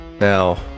Now